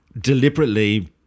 deliberately